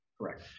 Correct